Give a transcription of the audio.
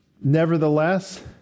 Nevertheless